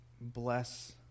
bless